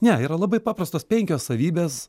ne yra labai paprastos penkios savybės